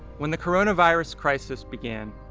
when the coronavirus crisis began,